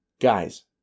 Guys